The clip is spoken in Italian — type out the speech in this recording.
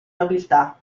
nobiltà